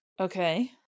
Okay